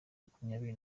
makumyabiri